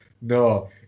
No